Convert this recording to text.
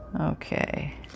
Okay